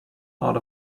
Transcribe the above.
out